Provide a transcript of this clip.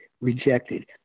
rejected